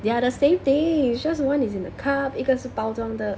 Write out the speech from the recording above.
they are the same thing it's just one is in a cup one is 包装的